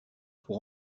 pour